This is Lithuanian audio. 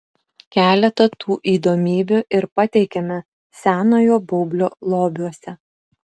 keletą tų įdomybių ir pateikiame senojo baublio lobiuose